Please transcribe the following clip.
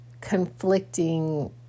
conflicting